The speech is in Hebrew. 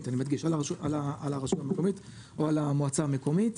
אני מדגיש על הרשות המקומית או על המועצה המקומית.